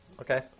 Okay